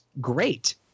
great